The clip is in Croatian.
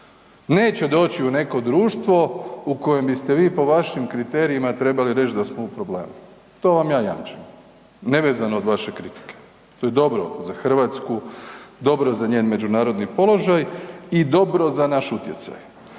neće doći u neko društvo u kojem biste vi, po vašim kriterijima trebali reći da smo u problemu, to vam ja jamčim. Nevezano od vaše kritike, to je dobro za Hrvatsku, dobro za njen međunarodni položaj i dobro za naš utjecaj.